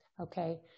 Okay